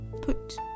put